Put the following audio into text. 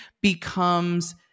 becomes